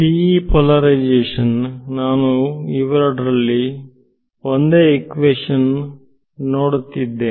TE polarisation ನಾನು ಇವೆರಡರಲ್ಲಿ ಒಂದೇ ಇಕ್ವೇಶನ್ ನೋಡುತ್ತಿರುವೆ